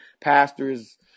pastors